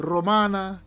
Romana